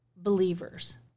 believers